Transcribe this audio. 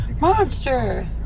Monster